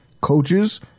coaches